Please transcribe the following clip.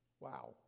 Wow